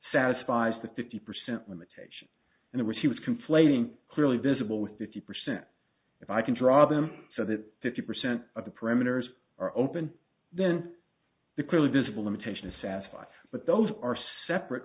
satisfies the fifty percent limitation and it was he was conflating clearly visible with fifty percent if i can draw them so that fifty percent of the parameters are open then the clearly visible limitation is sapphire but those are separate